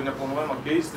neplanuojama keisti